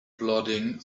plodding